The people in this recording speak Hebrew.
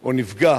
או נפגע